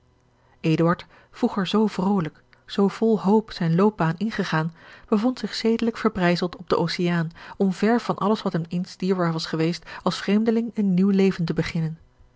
vroeger zoo vrolijk zoo vol hoop zijne loopbaan ingegaan bevond zich zedelijk verbrijzeld op den oceaan om ver van alles wat hem eens dierbaar was geweest als vreemdeling een nieuw leven te beginnen